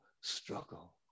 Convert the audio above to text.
struggle